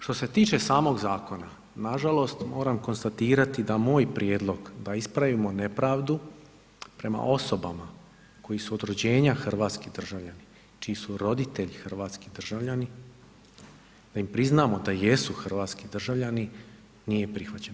Što se tiče samog zakona, nažalost moram konstatirati da moj prijedlog da ispravimo nepravdu prema osobama koji su od rođenja hrvatski državljani, čiji su roditelji hrvatski državljani, da im priznamo da jesu hrvatski državljani nije prihvaćen.